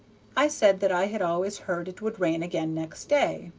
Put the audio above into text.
i said that i had always heard it would rain again next day.